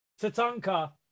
Tatanka